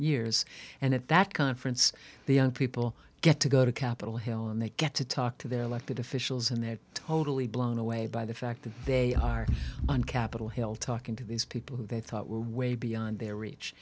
years and at that conference the young people get to go to capitol hill and they get to talk to their elected officials and they're totally blown away by the fact that they are on capitol hill talking to these people who they thought were way beyond their r